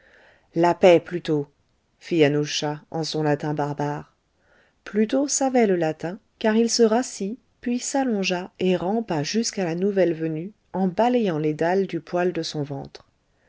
la paix pluto fit yanusza en son latin barbare pluto savait le latin car il se rasa puis s'allongea et rampa jusqu'à la nouvelle venue en balayant les dalles du poil de son ventre